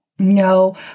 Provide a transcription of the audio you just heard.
No